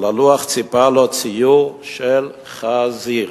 על הלוח ציפה לו ציור של חזיר.